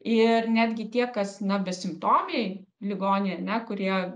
ir netgi tie kas na besimptomiai ligoniai ar ne kurie